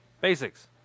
basics